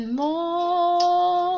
more